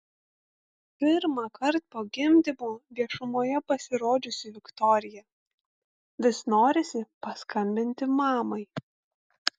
pirmąkart po gimdymo viešumoje pasirodžiusi viktorija vis norisi paskambinti mamai